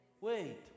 wait